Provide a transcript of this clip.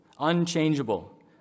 unchangeable